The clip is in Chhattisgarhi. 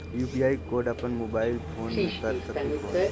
यू.पी.आई कोड अपन मोबाईल फोन मे कर सकहुं कौन?